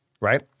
right